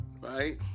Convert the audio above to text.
Right